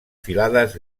filades